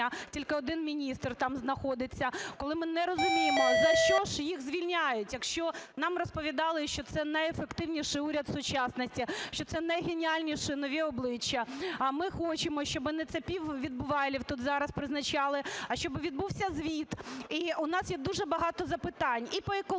тільки один міністр там знаходиться, коли ми не розуміємо, за що ж їх звільняють, якщо нам розповідали, що це найефективніший уряд сучасності, що це найгеніальніші нові обличчя, а ми хочемо, щоб не цапів-відбувайлів тут зараз призначали, а щоб відбувся звіт. І у нас є дуже багато запитань і по екології,